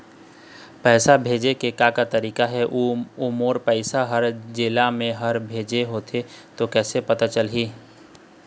पैसा भेजे के का का तरीका हे अऊ मोर पैसा हर जेला मैं हर भेजे होथे ओ कैसे पता चलही?